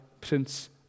Prince